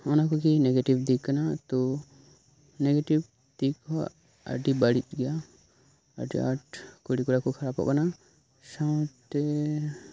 ᱚᱱᱟ ᱠᱚᱜᱮ ᱱᱮᱜᱮᱴᱤᱵᱽ ᱫᱤᱠ ᱠᱟᱱᱟ ᱛᱚ ᱱᱮᱜᱮᱴᱤᱵᱽ ᱫᱤᱠ ᱦᱚᱸ ᱟᱰᱤ ᱵᱟᱲᱤᱡ ᱜᱮᱭᱟ ᱟᱰᱤ ᱟᱸᱴ ᱠᱩᱲᱤ ᱠᱚᱲᱟ ᱠᱚ ᱠᱷᱟᱨᱟᱯᱚᱜ ᱠᱟᱱᱟ ᱥᱟᱶᱛᱮ